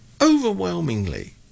overwhelmingly